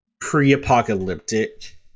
pre-apocalyptic